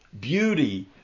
beauty